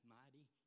mighty